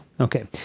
Okay